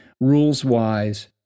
rules-wise